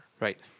Right